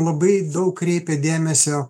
labai daug kreipia dėmesio